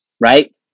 right